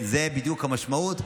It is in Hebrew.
זאת בדיוק המשמעות.